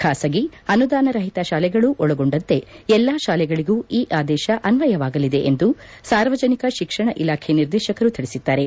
ಖಾಸಗಿ ಅನುದಾನರಹಿತ ಶಾಲೆಗಳೂ ಒಳಗೊಂಡಂತೆ ಎಲ್ಲಾ ಶಾಲೆಗಳಗೂ ಈ ಆದೇಶ ಅನ್ವಯವಾಗಲಿದೆ ಎಂದು ಸಾರ್ವಜನಿಕ ಶಿಕ್ಷಣ ಇಲಾಖೆ ನಿರ್ದೇಶಕರು ತಿಳಿಸಿದ್ದಾರೆ